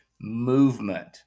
movement